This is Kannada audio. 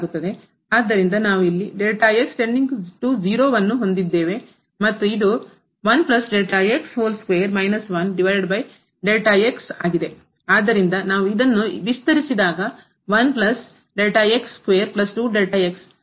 ಆದ್ದರಿಂದ ನಾವು ಇಲ್ಲಿ ಮತ್ತು ಇದು ಆದ್ದರಿಂದ ನಾವು ಇದನ್ನು ವಿಸ್ತರಿಸಿದಾಗ ಪದಗಳು ಇರುತ್ತದೆ